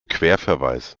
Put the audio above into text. querverweis